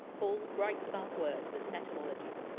paul writes about words and etymology.